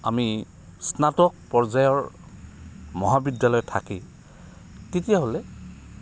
আমি স্নাতক পৰ্যায়ৰ মহাবিদ্যালয় থাকে তেতিয়াহ'লে